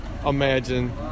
imagine